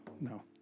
no